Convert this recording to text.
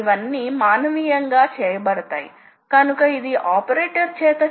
మరోవైపు మరోవైపు మీరు పేర్కొనగల వ్యవస్థలు మీకు ఉన్నాయి